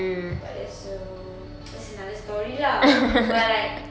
but that's err that's another story lah but like